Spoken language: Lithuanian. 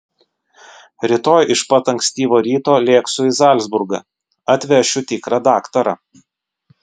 rytoj iš pat ankstyvo ryto lėksiu į zalcburgą atvešiu tikrą daktarą